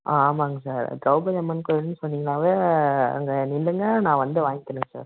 ஆ ஆமாம்ங்க சார் திரௌபதி அம்மன் கோயில்னு சொன்னீங்கன்னாவே அங்கே நில்லுங்கள் நான் வந்து வாங்கிக்கிறேன் சார்